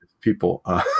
people